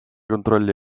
kontrolli